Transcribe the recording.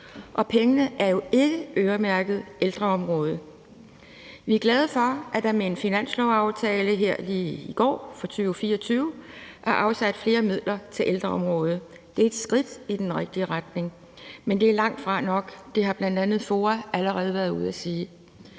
og pengene er jo ikke øremærket ældreområdet. Vi er glade for, at der med en finanslovsaftale for 2024, som lige kom her i går, er afsat flere midler til ældreområdet. Det er et skridt i den rigtige retning, men det er langtfra nok. Det har bl.a. FOA allerede været ude at sige.